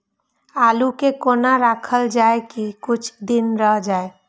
आलू के कोना राखल जाय की कुछ दिन रह जाय?